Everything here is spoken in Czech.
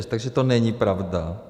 Takže to není pravda.